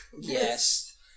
Yes